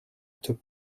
took